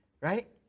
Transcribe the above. Right